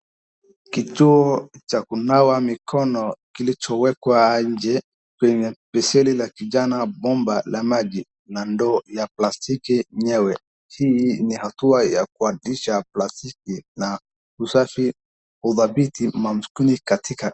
Kituo cha kunawa mikono kilichowekwa nje kwenye besheni la kijani bomba la maji na ndoo ya plastiki yenyewe, hii ni hatua ya kuanzisha plastiki na usafi udhabiti makini katika...